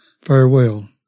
Farewell